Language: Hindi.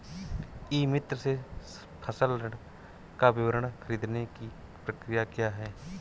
ई मित्र से फसल ऋण का विवरण ख़रीदने की प्रक्रिया क्या है?